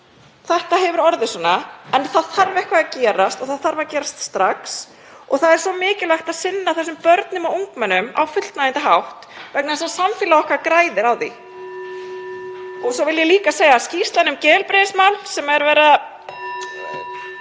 þetta hefur orðið svona. En það þarf eitthvað að gerast og það þarf að gerast strax. Það er svo mikilvægt að sinna þessum börnum og ungmennum á fullnægjandi hátt vegna þess að samfélagið okkar græðir á því. (Forseti hringir.) Svo vil ég líka segja að skýrslunni um geðheilbrigðismál (Forseti